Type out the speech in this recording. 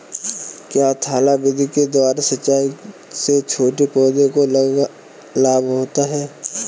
क्या थाला विधि के द्वारा सिंचाई से छोटे पौधों को लाभ होता है?